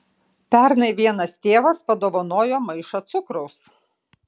pernai vienas tėvas padovanojo maišą cukraus